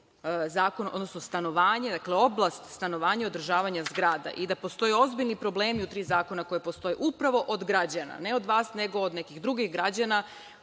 da je potrebno urediti oblast stanovanja i održavanja zgrada i da postoje ozbiljni problemi u tri zakona koja postoje, upravo zbog građana. Ne od vas, nego od nekih drugih građana